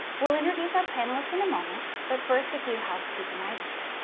we'll introduce our panelists in a moment, but first a few housekeeping items.